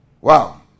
Wow